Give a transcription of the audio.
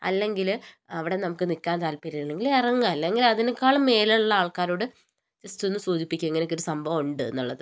അല്ലെങ്കിൽ അവിടെ നമുക്ക് നിക്കാൻ താല്പര്യമില്ലെങ്കിൽ ഇറങ്ങുക അല്ലെങ്കിൽ അതിനേക്കാളും മേലുള്ള ആൾക്കാരോട് ജസ്റ്റ് ഒന്ന് സൂചിപ്പിക്ക ഇങ്ങനെക്കൊരു സംഭവം ഉണ്ടെന്ന്ള്ളത്